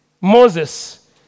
Moses